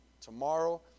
tomorrow